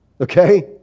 Okay